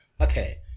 Okay